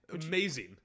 Amazing